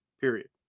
period